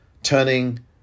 turning